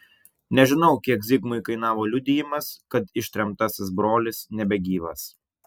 nežinau kiek zigmui kainavo liudijimas kad ištremtasis brolis nebegyvas